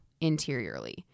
interiorly